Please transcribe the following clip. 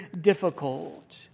difficult